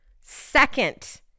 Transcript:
Second